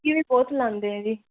ਮਹਿੰਗੀ ਵੀ ਬਹੁਤ ਲਾਉਂਦੇ ਆ ਜੀ